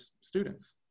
students